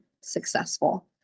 successful